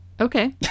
Okay